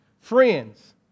friends